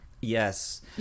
Yes